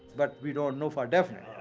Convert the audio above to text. but we don't know for definite.